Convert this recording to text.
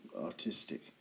artistic